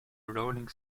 rolling